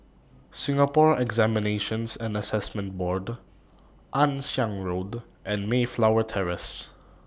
Singapore Examinations and Assessment Board Ann Siang Road and Mayflower Terrace